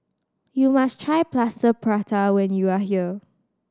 you must try Plaster Prata when you are here